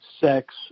sex